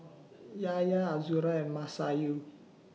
Yahya Azura and Masayu